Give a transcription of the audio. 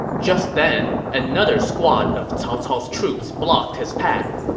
just then, another squad of cao cao's troops blocked his path.